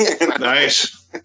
Nice